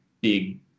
big